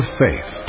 faith